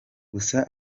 gusa